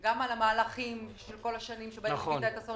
גם על המהלכים של כל השנים שבהן ליווית את אסון